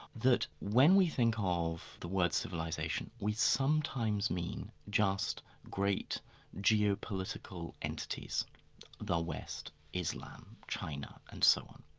that when we think of the word civilisation, we sometimes mean just great geopolitical entities the west, islam, china, and so on.